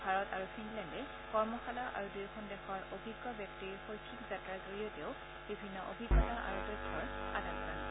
ভাৰত আৰু ফিনলেণ্ডে কৰ্মশালা আৰু দুয়োখন দেশৰ অভিজ্ঞ ব্যক্তিৰ শৈক্ষিক যাত্ৰাৰ জৰিয়তেও বিভিন্ন অভিজ্ঞতা আৰু তথ্যৰ আদান প্ৰদান কৰিব